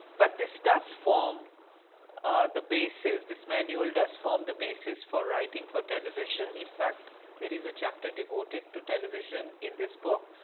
but this does form the basis, this manual does form the basis for writing for television. in fact there is a chapter devoted to television in this book,